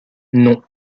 non